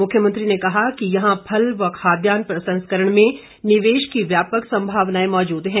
मुख्यमंत्री ने कहा कि यहां फल व खाद्यान्न प्रसंस्करण में निवेश की व्यापक संभावनाएं मौजूद हैं